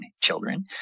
children